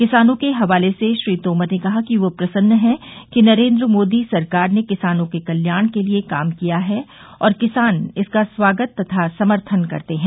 किसानों के हवाले से श्री तोमर ने कहा कि वे प्रसन्न हैं कि नरेन्द्र मोदी सरकार ने किसानों के कल्याण के लिए यह कार्य किया है और किसान इसका स्वागत तथा समर्थन करते हैं